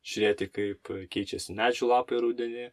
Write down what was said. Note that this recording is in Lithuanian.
žiūrėti kaip keičiasi medžių lapai rudenį